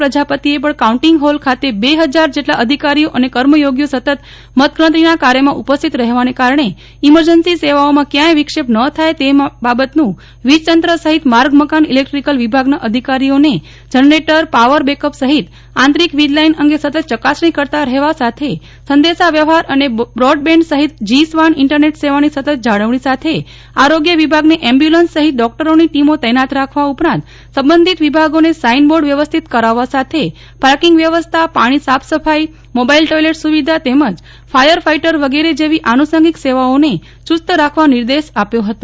પ્રજાપતિએ પણ counting hall ખાતેબે હજાર જેટલાં અધિકારીઓ અને કર્મયોગીઓ સતત મતગણતરીના કાર્યમાં ઉપસ્થિત રહેવાને કારણે ઇમરજન્સી સેવાઓમાં કયાંય વિક્ષેપ ન થાય તે બાબતનું વીજતંત્ર સહિત માર્ગ મકાન ઇલેકટ્રિકલ વિભાગના અધિકારીઓને જનરેટર પાવર બેકઅપ સહિત આંતરિક વીજ લાઇન અંગે સતત ચકાસણી કરતાં રહેવા સાથે સંદેશા વ્યવહાર અને બ્રોડબેન્ડ સહિત જી સ્વાન ઇન્ટરનેટ સેવાની સતત જાળવણી સાથે આરોગ્ય વિભાગને એમ્બ્યુલન્સ સહિત ડોકટરોની ટીમો તૈનાત રાખવા ઉપરાંત સંબંધિત વિભાગોને સાઇનબોર્ડ વ્યવસ્થિત કરાવવા સાથે ર્પાકિંગ વ્યવસ્થા પાણી સાફ સફાઇ મોબાઇલ ટોઇલેટ સુવિધા તેમજ ફાયર ફાઇટર વગેરે જેવી આનુષાંગિક સેવાઓને ચુસ્ત દુસ્ત રાખવા નિર્દેશ આપ્યો હતો